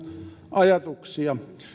ajatuksia